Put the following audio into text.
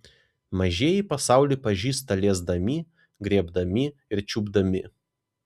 mažieji pasaulį pažįsta liesdami griebdami ir čiupdami